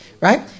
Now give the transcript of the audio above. right